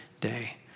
day